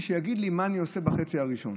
שיגיד לי מה אני עושה בחצי הראשון.